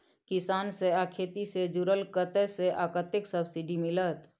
किसान से आ खेती से जुरल कतय से आ कतेक सबसिडी मिलत?